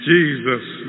Jesus